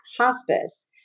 hospice